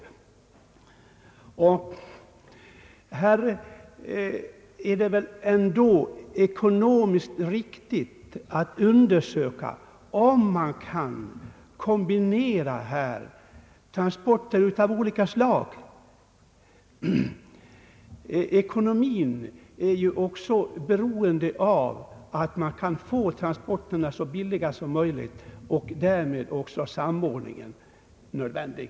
Det är väl ändå ekonomiskt riktigt att undersöka om man här kan kombinera olika slag av transporter. Ekonomin är ju också beroende av att man kan få så billiga transporter som möjligt och då är också samordning nödvändig.